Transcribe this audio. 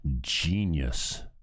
genius